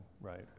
right